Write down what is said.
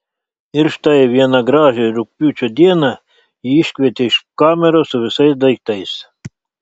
ir štai vieną gražią rugpjūčio dieną jį iškvietė iš kameros su visais daiktais